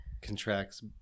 contracts